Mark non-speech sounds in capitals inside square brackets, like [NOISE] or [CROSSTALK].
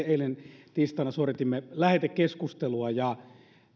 [UNINTELLIGIBLE] eilen tiistaina suoritimme lähetekeskustelua ja